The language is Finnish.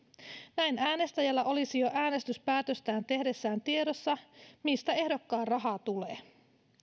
näin äänestäjällä olisi jo äänestyspäätöstä tehdessään tiedossa mistä ehdokkaan raha tulee